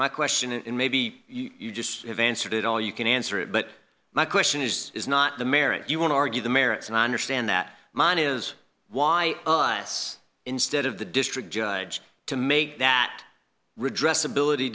my question and maybe you just have answered it all you can answer it but my question is is not the merit you want to argue the merits and i understand that is why us instead of the district judge to make that redress ability